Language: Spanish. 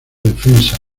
defensa